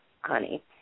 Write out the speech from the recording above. honey